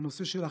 גם נושא האכיפה